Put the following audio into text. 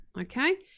Okay